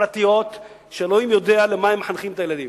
פרטיות שאלוהים יודע למה הם מחנכים את הילדים.